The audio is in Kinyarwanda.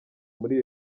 muri